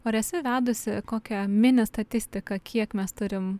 ar esi vedusi kokią mini statistiką kiek mes turim